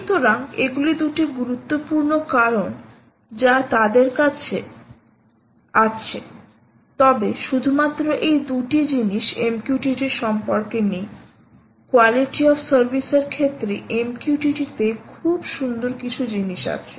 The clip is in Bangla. সুতরাং এগুলি দুটি গুরুত্বপূর্ণ কারণ যা তাদের আছে তবে শুধুমাত্র এই দুটি জিনিস MQTT সম্পর্কে নেই কোয়ালিটি অফ সার্ভিস এর ক্ষেত্রে MQTT তে খুব সুন্দর কিছু জিনিস আছে